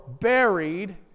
buried